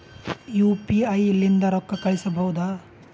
UPI ಲಿಂದ ರೊಕ್ಕ ಕಳಿಸಬಹುದಾ?